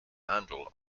handle